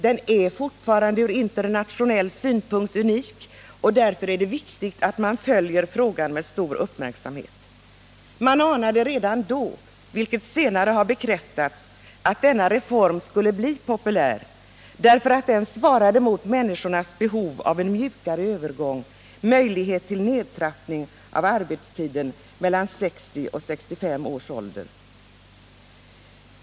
Den är fortfarande unik ur internationell synpunkt, och därför är det viktigt att man följer den med stor uppmärksamhet. Man anade redan från början — vilket senare har bekräftats — att denna reform skulle bli populär. Den svarade mot människornas behov av mjukare övergång till pensionsåldern, av möjligheter till nedtrappning av arbetstiden mellan 60 och 65 års ålder.